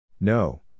No